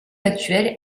actuel